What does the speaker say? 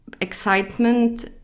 excitement